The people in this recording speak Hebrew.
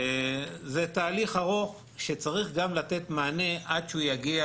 זה תהליך ארוך שצריך גם לתת מענה עד שהוא יגיע